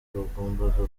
bagombaga